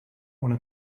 want